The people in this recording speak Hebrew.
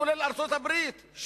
כולל ארצות-הברית,